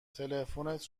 تلفنت